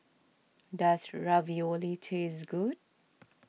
does Ravioli taste good